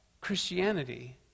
Christianity